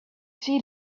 see